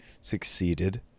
succeeded